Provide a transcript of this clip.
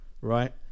right